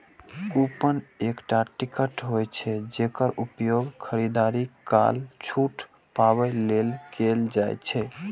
coupon एकटा ticket होइ छै, जेकर उपयोग खरीदारी काल छूट पाबै लेल कैल जाइ छै